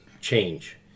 change